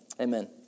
Amen